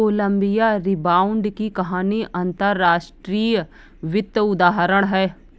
Colombia rebound की कहानी अंतर्राष्ट्रीय वित्त का उदाहरण है